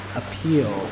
appeal